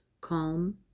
calm